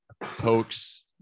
pokes